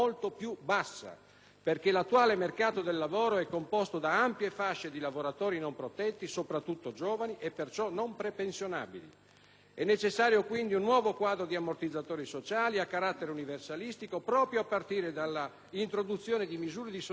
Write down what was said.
perché l'attuale mercato del lavoro è composto da ampie fasce di lavoratori non protetti, soprattutto giovani e perciò non prepensionabili. È necessario, quindi, un nuovo quadro di ammortizzatori sociali a carattere universalistico proprio a partire dall'introduzione di misure di sostegno al reddito